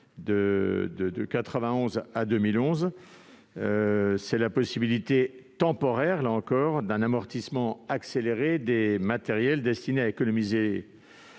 de 1991 à 2011, à savoir la possibilité temporaire d'amortissement accéléré des matériels destinés à économiser